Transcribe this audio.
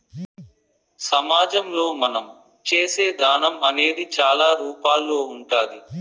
సమాజంలో మనం చేసే దానం అనేది చాలా రూపాల్లో ఉంటాది